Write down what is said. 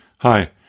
Hi